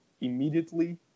immediately